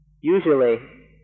Usually